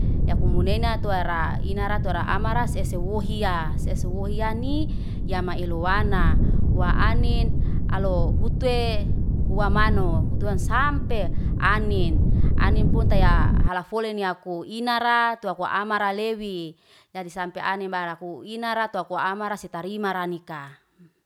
Yakumunaina tuara inara tuara amara se sewohiya, sese wohiyani ya maelu wana wa anin alo hutue, wamano hutuan sampe anin. Anin puante ya halafoleni ni aku inara amara lewi. Jadi sampe anembaraku inara tua aku amara setarimara nika.